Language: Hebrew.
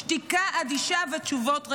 שתיקה אדישה ותשובות ריקות.